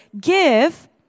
give